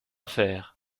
faire